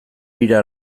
bira